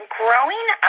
growing